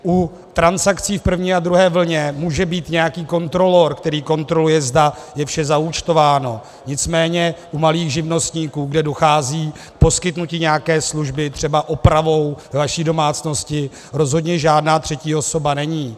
U transakcí v první a v druhé vlně může být nějaký kontrolor, který kontroluje, zda je vše zaúčtováno, nicméně u malých živnostníků, kde dochází k poskytnutí nějaké služby třeba opravou vaší domácnosti, rozhodně žádná třetí osoba není.